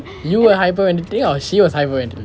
you were hyperventilating or she was hyperventilating